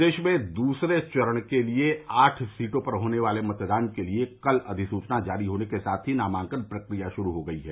प्रदेश में दूसरे चरण के लिए आठ सीटों पर होने वाले मतदान के लिए कल अधिसूचना जारी होने के साथ ही नामांकन प्रक्रिया शुरू हो गयी है